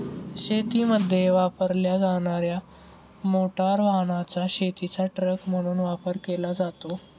शेतीमध्ये वापरल्या जाणार्या मोटार वाहनाचा शेतीचा ट्रक म्हणून वापर केला जातो